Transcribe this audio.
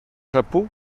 chapeau